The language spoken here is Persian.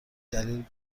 دلیل